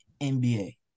NBA